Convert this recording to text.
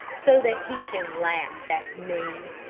so that he can laugh at me.